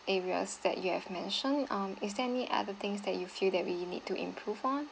areas that you have mentioned um is there any other things that you feel that we need to improve on